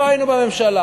לא היינו בממשלה.